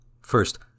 First